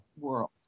world